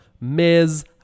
Ms